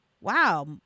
Wow